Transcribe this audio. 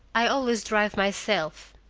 i always drive myself.